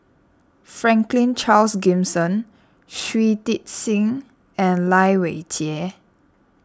Franklin Charles Gimson Shui Tit Sing and Lai Weijie